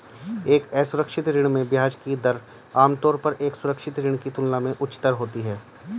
एक असुरक्षित ऋण में ब्याज की दर आमतौर पर एक सुरक्षित ऋण की तुलना में उच्चतर होती है?